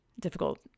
difficult